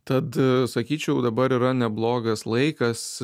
tad sakyčiau dabar yra neblogas laikas